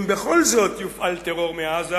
אם בכל זאת יופעל טרור מעזה,